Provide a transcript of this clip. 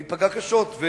ייפגע קשות,